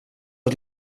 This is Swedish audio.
att